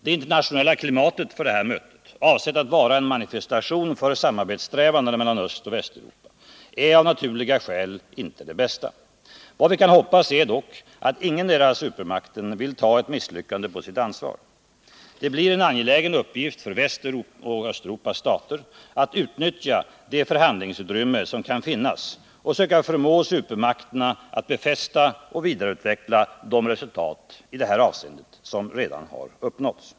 Det internationella klimatet för detta möte, avsett att vara en manifestation för samarbetssträvandena mellan Östoch Västeuropa, är av naturliga skäl inte det bästa. Vad vi kan hoppas är dock att ingendera supermakten vill ta ett misslyckande på sitt ansvar. Det blir en angelägen uppgift för Västoch Östeuropas stater att utnyttja det förhandlingsutrymme som kan finnas och söka förmå supermakterna att befästa och vidareutveckla de resultat i det här avseendet som redan har uppnåtts.